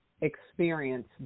experience